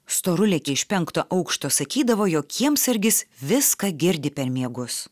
storulė gi iš penkto aukšto sakydavo jog kiemsargis viską girdi per miegus